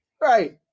Right